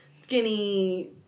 skinny